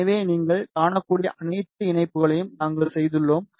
எனவே நீங்கள் காணக்கூடிய அனைத்து இணைப்புகளையும் நாங்கள் செய்துள்ளோம்